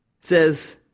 says